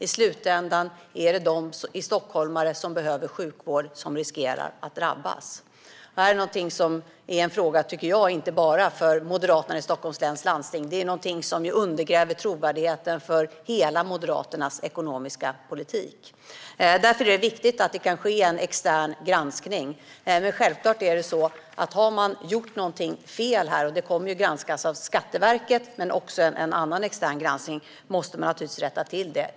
I slutändan riskerar stockholmare i behov av sjukvård att drabbas. Detta är inte en fråga bara för moderaterna i Stockholms läns landsting, utan det här undergräver trovärdigheten för hela Moderaternas ekonomiska politik. Det är därför viktigt med en extern granskning. Men självklart måste man om man har gjort något fel naturligtvis rätta till det. Det här kommer att granskas av Skatteverket och av en annan extern granskare.